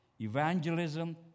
evangelism